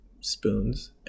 spoons